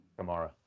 Kamara